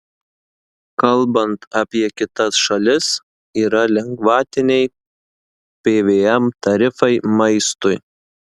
kalbant apie kitas šalis yra lengvatiniai pvm tarifai maistui